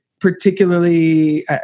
particularly